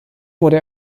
wurde